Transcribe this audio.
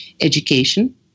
education